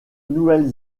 nouvelle